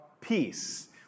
peace